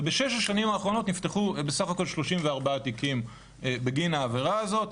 ובשש השנים האחרונות נפתחו בסך הכול 34 תיקים בגין העבירה הזאת.